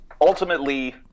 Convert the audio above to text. ultimately